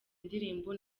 indirimbo